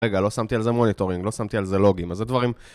רגע, לא שמתי על זה מוניטורינג, לא שמתי על זה לוגים, אז זה דברים...